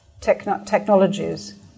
technologies